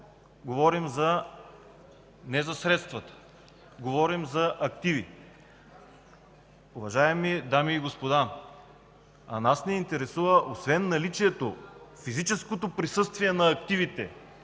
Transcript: говорим не за средствата, говорим за активи. Уважаеми дами и господа, нас ни интересува освен наличието – физическото присъствие на активите